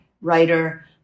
writer